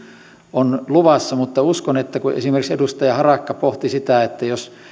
on luvassa kun esimerkiksi edustaja harakka pohti sitä että jos